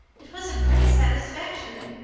it was a great satisfaction.